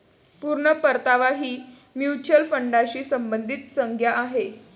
पूर्ण परतावा ही म्युच्युअल फंडाशी संबंधित संज्ञा आहे